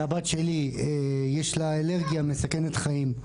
הבת שלי יש לה אלרגיה מסכנת חיים.